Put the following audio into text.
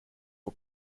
for